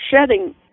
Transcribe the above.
shedding